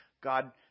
God